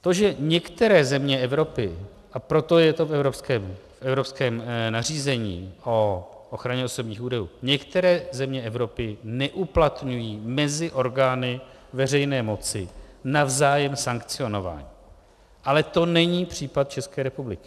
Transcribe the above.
To, že některé země Evropy, a proto je to v evropském nařízení o ochraně osobních údajů, některé země Evropy neuplatňují mezi orgány veřejné moci navzájem sankcionování, to ale to není případ České republiky.